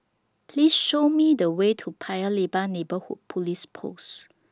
Please Show Me The Way to Paya Lebar Neighbourhood Police Post